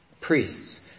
Priests